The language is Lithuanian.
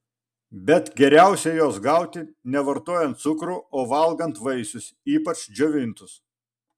bet geriausiai jos gauti ne vartojant cukrų o valgant vaisius ypač džiovintus